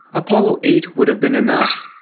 apollo eight would have been enough.